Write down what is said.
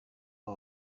aba